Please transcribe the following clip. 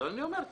אבל אני אומר,